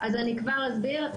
אני כבר אסביר.